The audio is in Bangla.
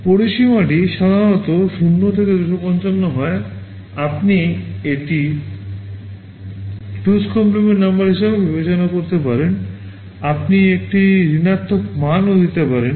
পরিসীমাটি সাধারণত 0 থেকে 255 হয় আপনি এটি 2's complement number হিসাবেও বিবেচনা করতে পারেন আপনি একটি ঋণাত্মক মানও দিতে পারেন